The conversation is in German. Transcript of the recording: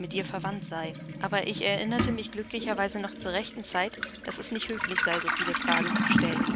mit ihr verwandt sei aber ich erinnerte mich glücklicherweise noch zu rechter zeit daß es nicht höflich sei so viele fragen zu stellen